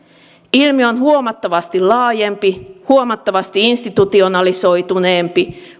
ilmiö on huomattavasti laajempi huomattavasti institutionalisoituneempi